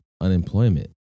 unemployment